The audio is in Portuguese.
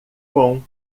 com